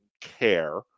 care